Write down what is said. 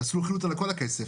עשו חילוט על כל הכסף.